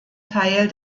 teil